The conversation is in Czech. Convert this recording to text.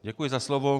Děkuji za slovo.